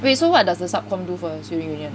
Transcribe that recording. wait so what does the sub comm do for the student union